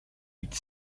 huit